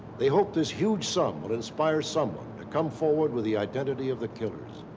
they hope this huge sum will inspire someone to come forward with the identity of the killers.